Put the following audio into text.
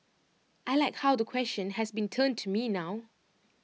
I Like how the question has been turned to me now